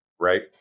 right